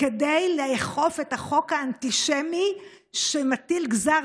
כדי לאכוף את החוק האנטישמי שמטיל גזר